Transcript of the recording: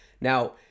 Now